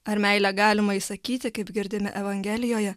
ar meilę galima įsakyti kaip girdime evangelijoje